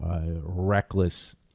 Reckless